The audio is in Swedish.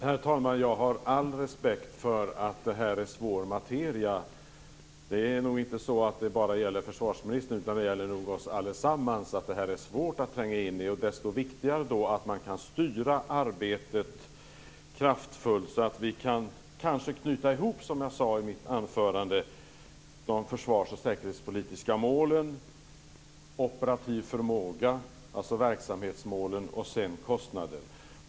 Herr talman! Jag har all respekt för att det här är svår materia. Det är nog inte så att det bara gäller försvarsministern, utan det gäller nog oss allesammans. Det här är svårt att tränga in i. Då är det viktigt att man kan styra arbetet kraftfullt så att vi kanske kan knyta ihop, som jag sade i mitt anförande, de försvars och säkerhetspolitiska målen, operativ förmåga, dvs. verksamhetsmålen, och kostnaderna.